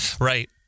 Right